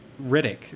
Riddick